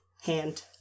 hand